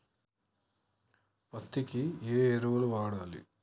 పత్తి కి ఏ ఎరువులు వాడాలి?